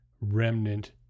remnant